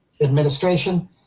administration